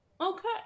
okay